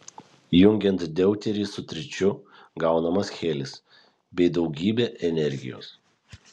jungiant deuterį su tričiu gaunamas helis bei daugybė energijos